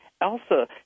Elsa